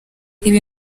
ibi